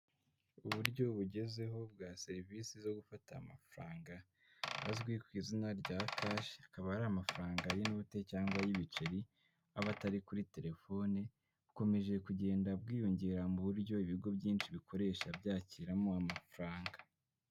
Uburyo bugezweho bwa serivisi zo gufata amafaranga, azwi ku izina rya kashi akaba ari amafaranga y'inote cyangwa ay'ibiceri aba atari kuri telefone bukomeje kugenda bwiyongera mu buryo ibigo byinshi bikoresha byakiramo amafaranga.